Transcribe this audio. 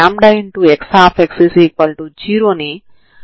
u1xt d'Alembert పరిష్కారమని మనకు తెలుసు